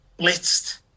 blitzed